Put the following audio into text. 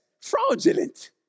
Fraudulent